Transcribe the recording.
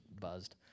buzzed